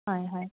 হয় হয়